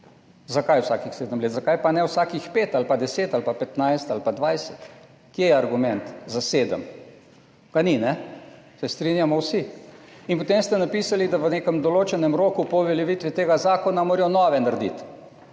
Zakaj vsakih sedem let? Zakaj pa ne vsakih pet ali pa 10 ali pa 15 ali pa 20? Kje je argument za sedem? Ga ni, ali ne? Se strinjamo vsi. In potem ste napisali, da morajo v nekem določenem roku po uveljavitvi tega zakona nove narediti.